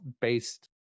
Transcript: based